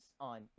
on